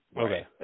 Okay